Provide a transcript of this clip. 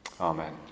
Amen